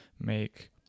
make